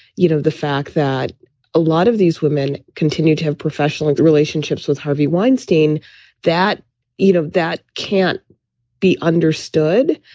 you know, the fact that a lot of these women continue to have professional like relationships with harvey weinstein that eat of that can't be understood,